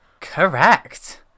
Correct